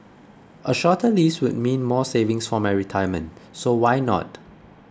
a shorter lease would mean more savings for my retirement so why not